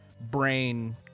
brain